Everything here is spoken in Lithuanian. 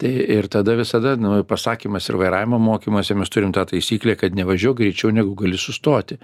tai ir tada visada nu pasakymas ir vairavimo mokymuose mes turim tą taisyklę kad nevažiuok greičiau negu gali sustoti